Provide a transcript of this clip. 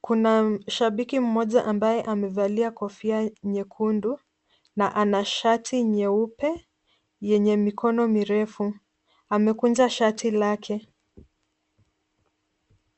Kuna shabiki mmoja ambaye amevalia kofia nyekundu na ana shati nyeupe yenye mikono mirefu. Amekunja shati lake.